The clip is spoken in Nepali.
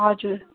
हजुर